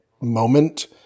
moment